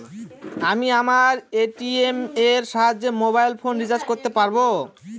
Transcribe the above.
আমি আমার এ.টি.এম এর সাহায্যে মোবাইল ফোন রিচার্জ করতে পারব?